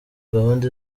gahunda